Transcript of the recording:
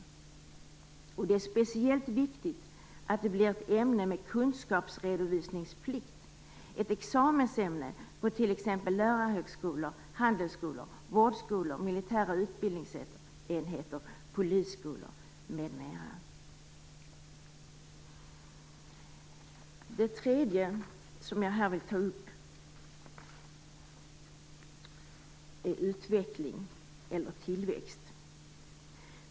Det är speciellt viktigt att det blir ett ämne med kunskapsredovisningsplikt, ett examensämne på t.ex. lärarhögskolor, handelsskolor, vårdskolor, militära utbildningsenheter, polisskolor m.m. Det tredje som jag vill ta upp är utveckling, eller tillväxt.